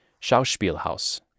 Schauspielhaus